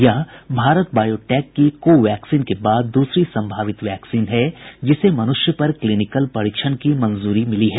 यह भारत बायोटैक की कोवैक्सीन के बाद दूसरी संभावित वैक्सीन है जिसे मनुष्य पर क्लीनिकल परीक्षण की मंजूरी मिली है